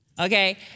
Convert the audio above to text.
Okay